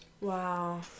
Wow